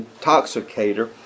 intoxicator